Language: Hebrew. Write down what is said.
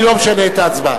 אני לא משנה את ההצבעה.